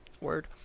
Word